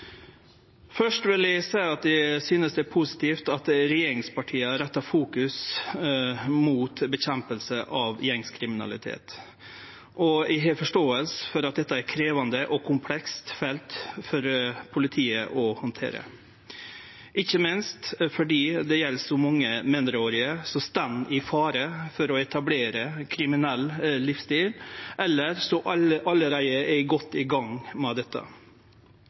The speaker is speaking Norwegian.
Først vil eg seie at eg synest det er positivt at regjeringspartia set motarbeiding av gjengkriminalitet i fokus, og eg har forståing for at dette er eit krevjande og komplekst felt for politiet å handtere – ikkje minst fordi det gjeld så mange mindreårige som står i fare for å etablere ein kriminell livsstil, eller som allereie er godt i gang med dette.